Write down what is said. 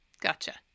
gotcha